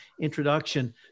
introduction